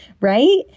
right